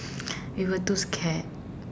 we were too scared